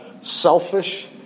selfish